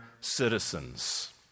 citizens